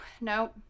No